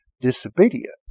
disobedience